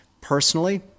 personally